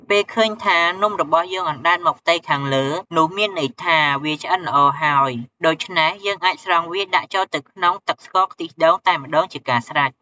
ពេលឃើញថា នំរបស់យើងអណ្ដែតមកផ្ទៃខាងលើ នោះមានន័យថា វាឆ្អិនល្អហើយ ដូច្នេះ យើងអាចស្រង់វាដាក់ចូលទៅក្នុងទឹកស្ករខ្ទិះដូងតែម្ដងជាការស្រេច។